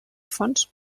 fons